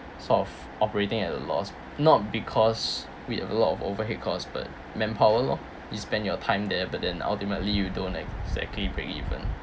sort of operating at a loss not because we have a lot of overhead costs but manpower loh you spend your time there but then ultimately you don't exactly break even